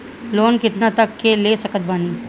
Loan कितना तक ले सकत बानी?